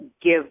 give